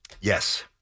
Yes